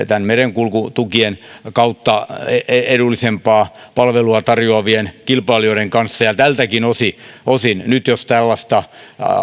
merenkulkutukien kautta edullisempaa palvelua tarjoavien kilpailijoiden kanssa tältäkin osin osin nyt jos tällaista